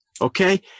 Okay